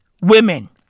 Women